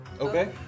Okay